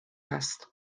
است